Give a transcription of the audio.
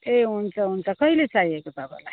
ए हुन्छ हुन्छ कहिले चाहिएको तपाईँलाई